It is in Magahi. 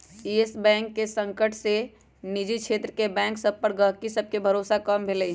इयस बैंक के संकट से निजी क्षेत्र के बैंक सभ पर गहकी सभके भरोसा कम भेलइ ह